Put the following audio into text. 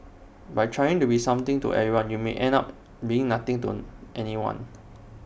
by trying to be something to everyone you may end up being nothing to anyone